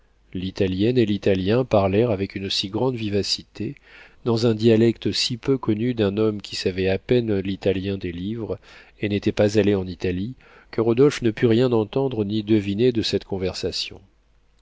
l'italienne et l'italien parlèrent avec une si grande vivacité dans un dialecte si peu connu d'un homme qui savait à peine l'italien des livres et n'était pas allé en italie que rodolphe ne put rien entendre ni deviner de cette conversation